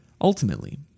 Ultimately